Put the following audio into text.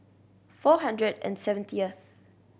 four hundred and seventieth